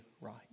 right